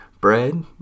bread